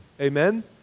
Amen